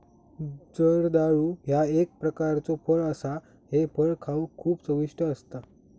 जर्दाळू ह्या एक प्रकारचो फळ असा हे फळ खाउक खूप चविष्ट असता